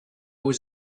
was